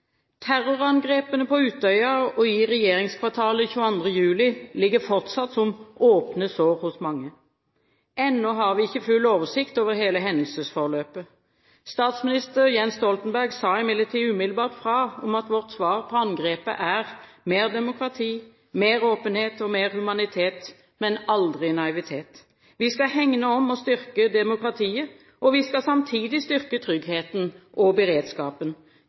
Terrorangrepene på Utøya og i regjeringskvartalet 22. juli ligger fortsatt som åpne sår hos mange. Ennå har vi ikke full oversikt over hele hendelsesforløpet. Statsminister Jens Stoltenberg sa imidlertid umiddelbart fra om at vårt svar på angrepet er «mer demokrati, mer åpenhet og mer humanitet – men aldri naivitet». Vi skal hegne om og styrke demokratiet, og vi skal samtidig styrke tryggheten og beredskapen.